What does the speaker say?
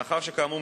מאחר שכאמור,